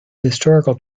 historical